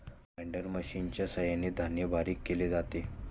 grinder मशिनच्या सहाय्याने धान्य बारीक केले जाते